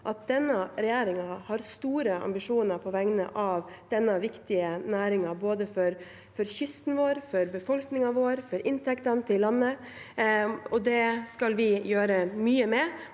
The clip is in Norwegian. at regjeringen har store ambisjoner på vegne av denne viktige næringen, både for kysten vår, for befolkningen vår og for inntektene til landet. Det skal vi gjøre mye med.